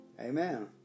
Amen